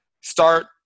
start –